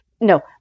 No